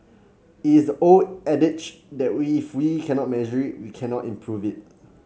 it is the old adage that we if we cannot measure we cannot improve it